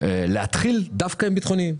להתחיל דווקא עם הביטחוניים.